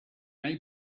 may